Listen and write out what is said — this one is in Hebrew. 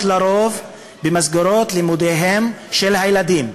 לרוב במסגרות הלימודים של הילדים,